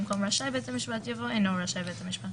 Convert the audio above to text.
במקום "רשאי בית המשפט" יבוא "אינו רשאי בית המשפט".